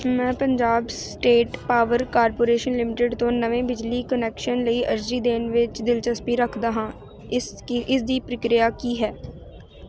ਮੈਂ Punjab State Power Corporation Limited ਤੋਂ ਨਵੇਂ ਬਿਜਲੀ ਕੁਨੈਕਸ਼ਨ ਲਈ ਅਰਜ਼ੀ ਦੇਣ ਵਿੱਚ ਦਿਲਚਸਪੀ ਰੱਖਦਾ ਹਾਂ ਇਸ ਦੀ ਪ੍ਰਕਿਰਿਆ ਕੀ ਹੈ